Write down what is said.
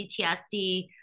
PTSD